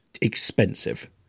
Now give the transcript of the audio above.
expensive